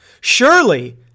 Surely